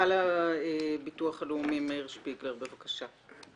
מנכ"ל הביטוח הלאומי, מאיר שפיגלר, בבקשה.